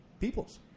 peoples